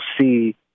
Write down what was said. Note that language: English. see